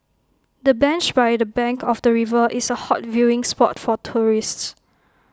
the bench by the bank of the river is A hot viewing spot for tourists